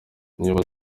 niba